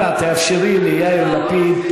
אנא תאפשרי ליאיר לפיד.